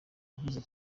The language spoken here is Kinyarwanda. uhuze